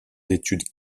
d’études